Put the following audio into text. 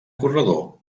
corredor